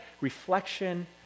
reflection